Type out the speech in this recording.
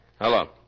Hello